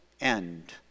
end